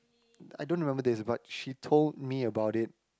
I don't remember this but she told me about it